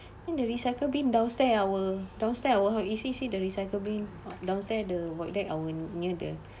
and the recycle bin downstairs our downstairs our E_C_C the recycle bin downstairs the void deck our near the